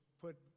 put